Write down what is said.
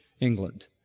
England